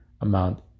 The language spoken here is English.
amount